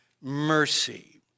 mercy